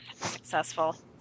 successful